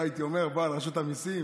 גן עדן לא הייתי אומר על רשות המיסים,